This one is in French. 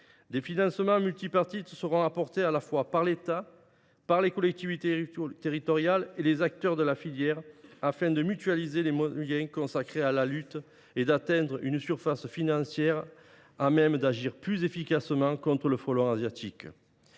Des financements multipartites seront apportés à la fois par l’État, par les collectivités territoriales et par les acteurs de la filière, afin de mutualiser les moyens consacrés à la lutte et d’atteindre une surface financière permettant d’agir plus efficacement. Nous nous inspirons